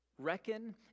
Reckon